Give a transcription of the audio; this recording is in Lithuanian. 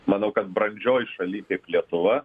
manau kad brandžioj šaly tiek lietuva